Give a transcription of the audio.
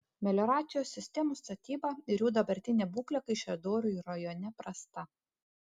melioracijos sistemų statyba ir jų dabartinė būklė kaišiadorių rajone prasta